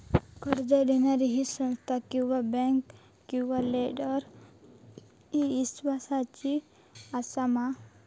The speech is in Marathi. कर्ज दिणारी ही संस्था किवा बँक किवा लेंडर ती इस्वासाची आसा मा?